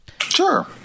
Sure